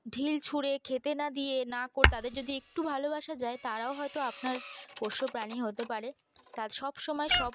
ঢিল ছুঁড়ে খেতে না দিয়ে না করে তাদের যদি একটু ভালোবাসা যায় তারাও হয়তো আপনার পোষ্য প্রাণী হতে পারে তার সব সময় সব